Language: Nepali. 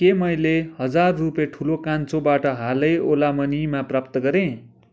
के मैले हजार रुपियाँ ठुलो कान्छोबाट हालै ओला मनीमा प्राप्त गरेँ